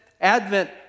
Advent